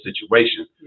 situation